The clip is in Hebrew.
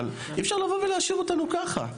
אבל אי אפשר לבוא ולהשאיר אותנו ככה.